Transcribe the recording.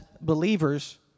believers